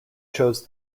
chose